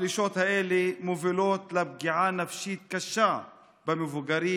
הפלישות האלה מובילות לפגיעה נפשית קשה במבוגרים,